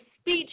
speech